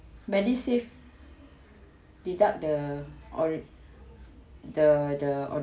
MediSave deduct the ori~ the the